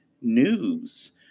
News